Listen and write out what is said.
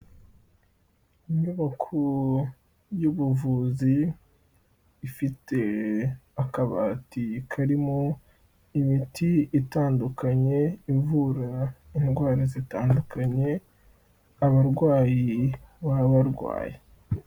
Inyubako y'ubuvuzi ifite akabati karimo imiti itandukanye ivura indwara zitandukanye abarwayi baba barwaye.